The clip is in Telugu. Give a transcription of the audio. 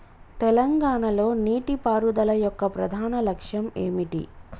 తెలంగాణ లో నీటిపారుదల యొక్క ప్రధాన లక్ష్యం ఏమిటి?